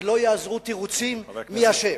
ולא יעזרו תירוצים, מי אשם.